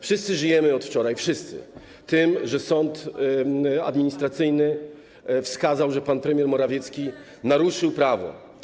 Wszyscy żyjemy od wczoraj - wszyscy - tym, że sąd administracyjny wskazał, że pan premier Morawiecki naruszył prawo.